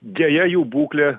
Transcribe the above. deja jų būklė